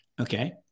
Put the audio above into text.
Okay